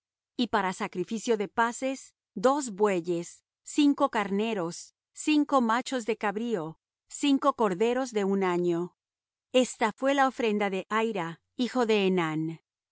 y para sacrificio de paces dos bueyes cinco carneros cinco machos de cabrío cinco corderos de un año esta fué la ofrenda de ahira hijo de enán